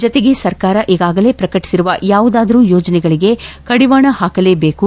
ಜತೆಗೆ ಸರ್ಕಾರ ಈಗಾಗಲೇ ಪ್ರಕಟಿಸಿರುವ ಯಾವುದಾದರೂ ಯೋಜನೆಗಳಿಗೆ ಕಡಿವಾಣ ಹಾಕಲೇಬೇಕು